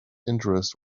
interest